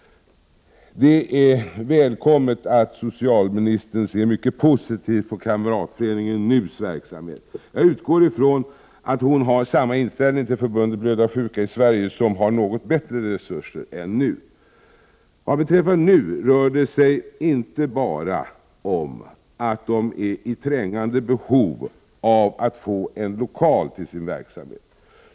Det är välkommet att socialministern ser mycket positivt på kamratföreningen NU:s verksamhet. Jag utgår ifrån att hon har samma inställning till Förbundet blödarsjuka i Sverige, som har något bättre resurser än NU. Vad beträffar kamratföreningen NU rör det sig inte bara om att den är i trängande behov av att få en lokal till sin verksamhet.